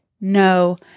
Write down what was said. No